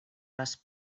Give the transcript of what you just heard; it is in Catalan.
les